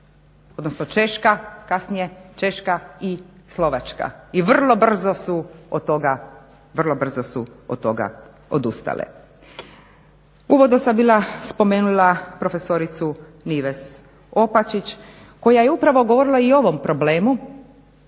je pokušala učiniti i Češka i Slovačka i vrlo brzo su od toga odustale. Uvodno sam bila spomenula profesoricu Nives Opačić koja je upravo govorila i o ovom problemu